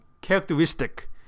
characteristic